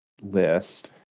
list